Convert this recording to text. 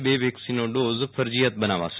બે વેકસીનનો ડોઝ ફરજીયાત બનાવાશે